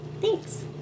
Thanks